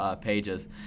pages